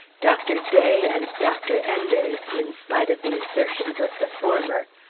dr. day, and dr. enders, in spite of the assertions of the former,